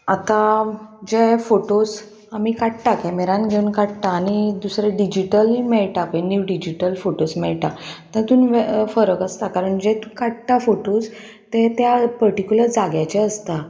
आतां जे फोटोज आमी काडटा कॅमेरान घेवन काडटा आनी दुसरें डिजीटलूय मेळटा पळय नीव डिजीटल फोटोज मेळटा तातूंत फरक आसता कारण जे तूं काडटा फोटोज ते त्या पर्टिकुलर जाग्याचे आसता